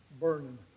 burning